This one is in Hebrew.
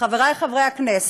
חברי חברי הכנסת,